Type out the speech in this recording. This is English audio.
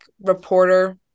reporter